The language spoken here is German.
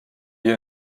wir